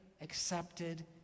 accepted